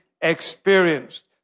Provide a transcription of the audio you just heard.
experienced